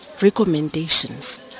recommendations